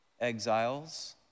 exiles